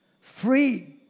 Free